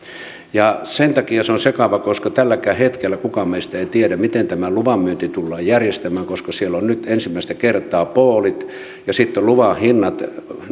ja sen takia se on sekava koska tälläkään hetkellä kukaan meistä ei tiedä miten tämä luvanmyynti tullaan järjestämään koska siellä on nyt ensimmäistä kertaa poolit ja sitten luvan hinnat